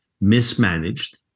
mismanaged